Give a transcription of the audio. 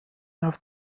auf